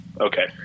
okay